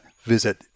visit